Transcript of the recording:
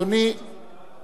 כן, הצעת החוק